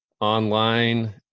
online